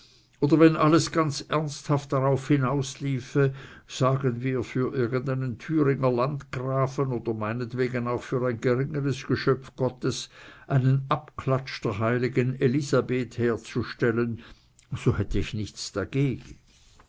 oder wenn alles ganz ernsthaft darauf hinausliefe sagen wir für irgendeinen thüringer landgrafen oder meinetwegen auch für ein geringeres geschöpf gottes einen abklatsch der heiligen elisabeth herzustellen so hätte ich nichts dagegen